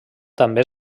també